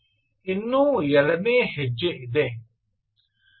ಇನ್ನೂ ಎರಡನೇ ಹೆಜ್ಜೆ ಇದೆ